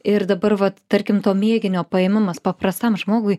ir dabar vat tarkim to mėginio paėmimas paprastam žmogui